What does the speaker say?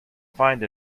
find